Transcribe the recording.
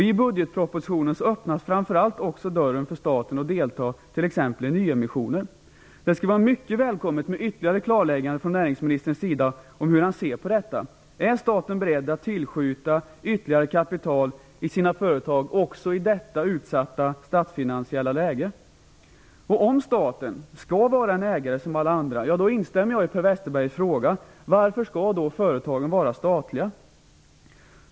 I budgetpropositionen öppnas framför allt också dörren för staten att delta i t.ex. nyemissioner. Det skulle vara mycket välkommet med ytterligare klarläggande från näringsministern om hur han ser på detta. Är staten beredd att tillskjuta ytterligare kapital i sina företag också i detta utsatta statsfinansiella läge? Om staten skall vara en ägare som alla andra instämmer jag i Per Westerbergs fråga: Varför skall då företagen vara statliga?